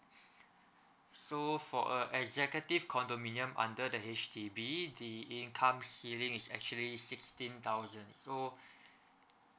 so for a executive condominium under the H_D_B the income ceiling is actually sixteen thousand so